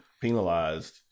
penalized